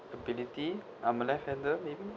ability I'm a left hander maybe